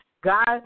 God